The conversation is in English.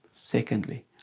Secondly